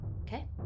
okay